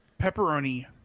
Pepperoni